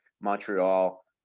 Montreal